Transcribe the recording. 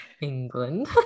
England